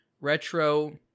retro